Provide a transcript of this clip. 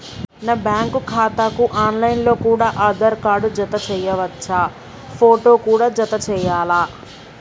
నా బ్యాంకు ఖాతాకు online లో కూడా ఆధార్ కార్డు జత చేయవచ్చా ఫోటో కూడా జత చేయాలా?